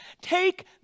Take